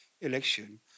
election